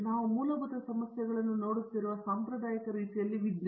ನಾವು ಮೂಲಭೂತ ಸಮಸ್ಯೆಗಳನ್ನು ನೋಡುತ್ತಿರುವ ಸಾಂಪ್ರದಾಯಿಕ ರೀತಿಯಲ್ಲಿ ವಿಜ್ಞಾನ